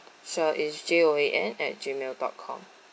sure it's J O A N at gmail dot com